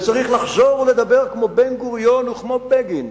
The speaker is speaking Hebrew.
וצריך לחזור ולדבר כמו בן-גוריון וכמו בגין.